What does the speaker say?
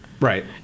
Right